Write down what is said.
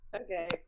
Okay